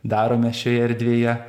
darome šioje erdvėje